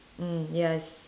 mm yes